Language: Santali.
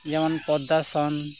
ᱡᱮᱢᱚᱱ ᱯᱚᱫᱫᱟ ᱥᱚᱱ